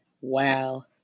wow